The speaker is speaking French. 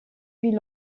huit